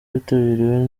witabiriwe